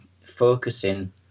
focusing